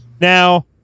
Now